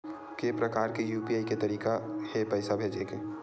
के प्रकार के यू.पी.आई के तरीका हे पईसा भेजे के?